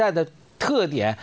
that that could yeah